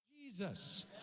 Jesus